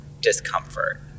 discomfort